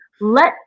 Let